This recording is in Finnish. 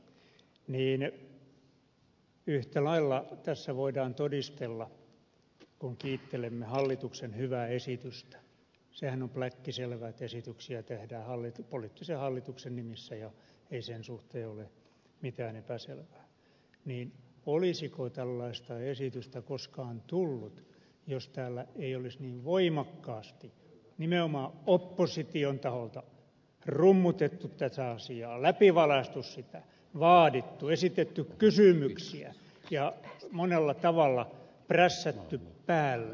yhtä lailla tässä voidaan todistella kun kiittelemme hallituksen hyvää esitystä sehän on pläkkiselvää että esityksiä tehdään poliittisen hallituksen nimissä ja ei sen suhteen ole mitään epäselvää olisiko tällaista esitystä koskaan tullut jos täällä ei olisi niin voimakkaasti nimenomaan opposition taholta rummutettu tätä asiaa läpivalaistu sitä vaadittu esitetty kysymyksiä ja monella tavalla prässätty päälle